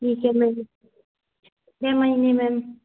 ठीक है ma'am ma'am